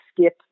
skip